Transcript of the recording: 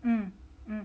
mm mm